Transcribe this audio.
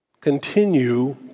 continue